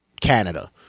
Canada